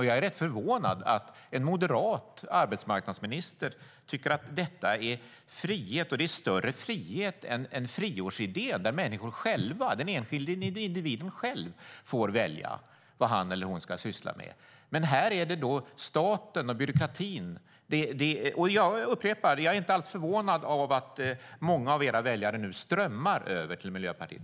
Jag är rätt förvånad över att en moderat arbetsmarknadsminister tycker att detta är större frihet än friårsidén där den enskilde individen själv får välja vad han eller hon ska syssla med. Men här är det staten och byråkratin som gäller. Jag upprepar: Jag skulle inte alls vara förvånad om många av era väljare nu strömmar över till Miljöpartiet.